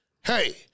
hey